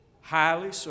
highly